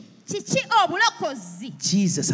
Jesus